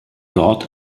dort